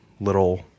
little